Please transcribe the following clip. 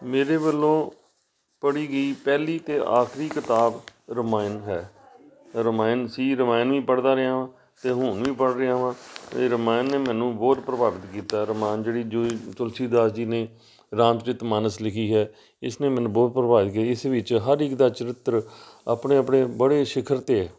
ਮੇਰੇ ਵੱਲੋਂ ਪੜ੍ਹੀ ਗਈ ਪਹਿਲੀ ਅਤੇ ਆਖਰੀ ਕਿਤਾਬ ਰਮਾਇਣ ਹੈ ਰਮਾਇਣ ਸੀ ਰਮਾਇਣ ਹੀ ਪੜ੍ਹਦਾ ਰਿਹਾ ਹਾਂ ਅਤੇ ਹੁਣ ਵੀ ਪੜ੍ਹ ਰਿਹਾ ਹਾਂ ਅਤੇ ਰਮਾਇਣ ਨੇ ਮੈਨੂੰ ਬਹੁਤ ਪ੍ਰਭਾਵਿਤ ਕੀਤਾ ਰਮਾਇਣ ਜਿਹੜੀ ਜੋ ਤੁਲਸੀਦਾਸ ਜੀ ਨੇ ਰਾਮਚਰਿਤ ਮਾਨਸ ਲਿਖੀ ਹੈ ਇਸਨੇ ਮੈਨੂੰ ਬਹੁਤ ਪ੍ਰਭਾਵ ਕਰੀ ਇਸ ਵਿੱਚ ਹਰ ਇੱਕ ਦਾ ਚਰਿੱਤਰ ਆਪਣੇ ਆਪਣੇ ਬੜੇ ਸ਼ਿਖਰ 'ਤੇ